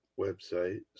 website